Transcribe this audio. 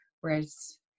whereas